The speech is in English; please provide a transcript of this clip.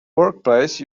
workplace